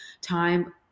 time